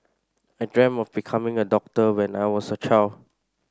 I dreamt of becoming a doctor when I was a child